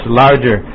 larger